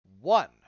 one